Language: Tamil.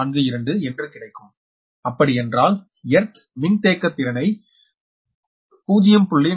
0042 என்று கிடைக்கும் அப்படி என்றால் எர்த் மின்தேக்கத்திறனை 0